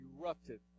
erupted